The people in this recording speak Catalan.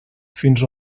fins